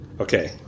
Okay